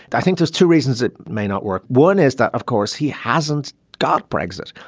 i think there's two reasons it may not work. one is that of course he hasn't got brexit.